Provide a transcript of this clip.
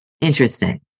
Interesting